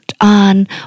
on